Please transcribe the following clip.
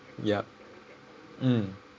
yup mm